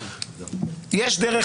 יש דרך